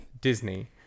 Disney